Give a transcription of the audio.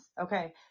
okay